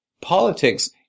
politics